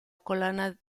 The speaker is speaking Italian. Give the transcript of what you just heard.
collana